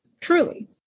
truly